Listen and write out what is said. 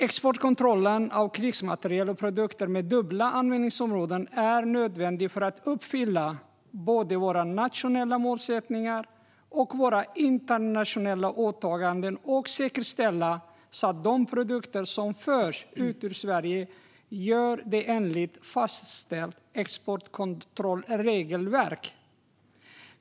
Exportkontroll av krigsmateriel och produkter med dubbla användningsområden är nödvändigt för att uppfylla både våra nationella målsättningar och våra internationella åtaganden. Det ska också säkerställa att produkter som förs ut ur Sverige förs ut enligt fastställt exportkontrollregelverk.